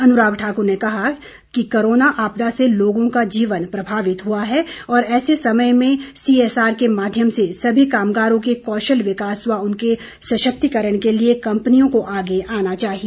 अनुराग ठाकुर ने कहा कि कोरोना आपदा से लोगों का जीवन प्रभावित हुआ है और ऐसे समय में सीएसआर के माध्यम से सभी कामगारों के कौशल विकास व उनके सशक्तिकरण के लिए कंपनियों को आगे आना चाहिए